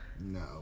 No